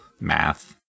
Math